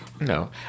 No